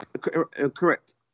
correct